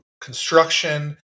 construction